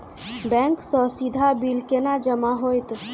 Bank सँ सीधा bill केना जमा होइत?